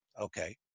Okay